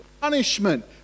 punishment